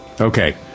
Okay